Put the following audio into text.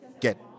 get